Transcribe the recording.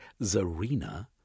Zarina